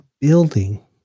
building